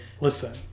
listen